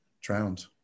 drowned